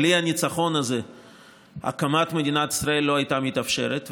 בלי הניצחון הזה הקמת מדינת ישראל לא הייתה מתאפשרת.